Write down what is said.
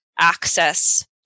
access